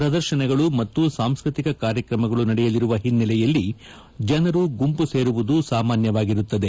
ಪ್ರದರ್ಶನಗಳು ಮತ್ತು ಸಾಂಸ್ಕೃತಿಕ ಕಾರ್ಯಕ್ರಮಗಳು ನಡೆಯಲಿರುವ ಹಿನ್ನೆಲೆಯಲ್ಲಿ ಜನರು ಗುಂಪು ಸೇರುವುದು ಸಾಮಾನ್ಯವಾಗಿರುತ್ತದೆ